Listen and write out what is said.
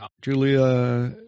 Julia